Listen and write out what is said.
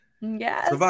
Yes